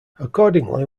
accordingly